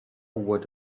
what